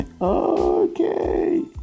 Okay